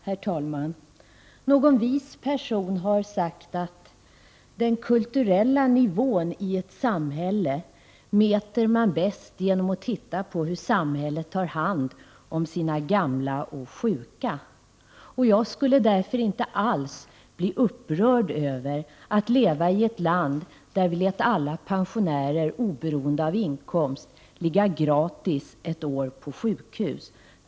Herr talman! Någon vis person har sagt att den kulturella nivån i ett samhälle mäter man bäst genom att titta på hur samhället tar hand om sina gamla och sjuka. Jag skulle därför inte alls bli upprörd över att leva i ett land där vi lät alla pensionärer, oberoende av inkomst, ligga gratis ett år på sjukhus.